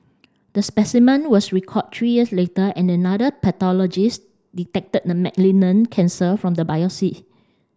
the specimen was recalled three years later and another pathologist detected the malignant cancer from the biopsy